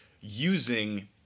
using